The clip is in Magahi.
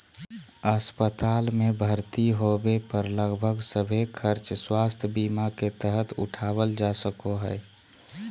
अस्पताल मे भर्ती होबे पर लगभग सभे खर्च स्वास्थ्य बीमा के तहत उठावल जा सको हय